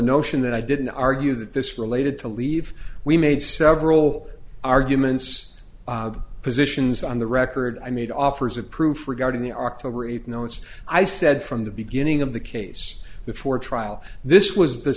notion that i didn't argue that this related to leave we made several arguments positions on the record i made offers of proof regarding the october eighth notes i said from the beginning of the case before trial this was the